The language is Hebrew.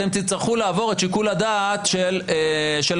אתם תצטרכו לעבור את שיקול הדעת של הלשכות